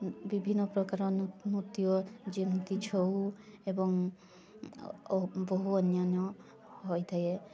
ବିଭିନ୍ନ ପ୍ରକାର ନୃତ୍ୟ ଯେମିତି ଛଉ ଏବଂ ବୋହୁ ଅନ୍ୟାନ୍ୟ ହୋଇଥାଏ